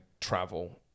travel